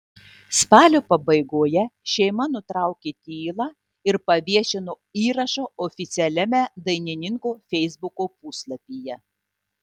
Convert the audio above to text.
spalio pabaigoje šeima nutraukė tylą ir paviešino įrašą oficialiame dainininko feisbuko puslapyje